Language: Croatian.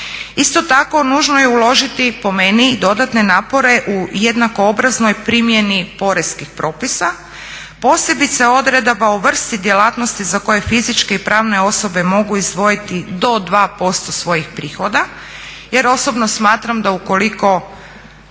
Isto tako nužno je uložiti po meni i dodatne napore u jednako obraznoj primjeni poreskih propisa, posebice odredaba o vrsti djelatnosti za koje fizičke i pravne osobe mogu izdvojiti do 2% svojih prihoda jer osobno smatram da ukoliko